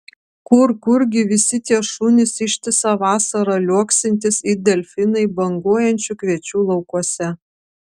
kur kurgi visi tie šunys ištisą vasarą liuoksintys it delfinai banguojančių kviečių laukuose